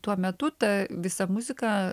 tuo metu ta visa muzika